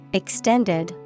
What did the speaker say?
extended